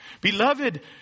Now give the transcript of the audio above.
Beloved